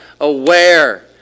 Aware